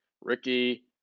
Ricky